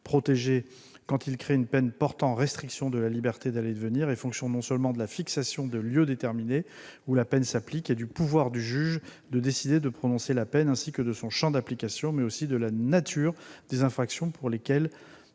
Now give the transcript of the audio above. protégées quand il crée une peine portant restriction de la liberté d'aller et venir est fonction non seulement de la fixation de lieux déterminés où la peine s'applique et du pouvoir du juge de décider de prononcer la peine ainsi que de son champ d'application, mais aussi de la nature des infractions pour lesquelles